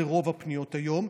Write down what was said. זה רוב הפניות היום,